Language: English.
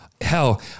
Hell